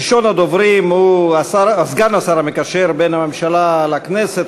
ראשון הדוברים הוא סגן השר המקשר בין הממשלה לכנסת,